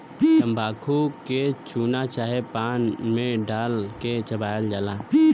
तम्बाकू के चूना चाहे पान मे डाल के चबायल जाला